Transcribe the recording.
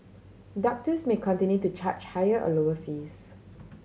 doctors may continue to charge higher or lower fees